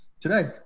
today